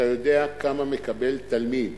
אתה יודע כמה מקבל תלמיד